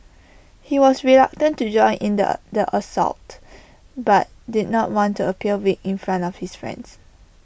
he was reluctant to join in the A the assault but did not want appear weak in front of his friends